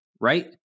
right